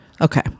Okay